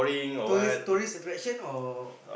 tourist tourist attraction or